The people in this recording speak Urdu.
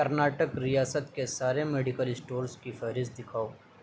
کرناٹکا ریاست کے سارے میڈیکل اسٹورز کی فہرست دکھاؤ